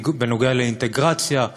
לאינטגרציה,